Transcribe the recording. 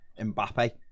Mbappe